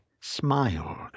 smiled